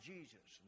Jesus